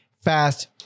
fast